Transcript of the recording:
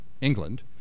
England